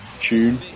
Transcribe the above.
tune